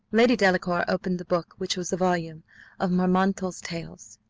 lady delacour opened the book, which was a volume of marmontel's tales.